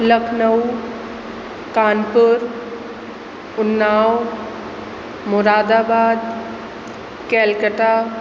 Lucknow Kanpur Unnao Moradabad Calcutta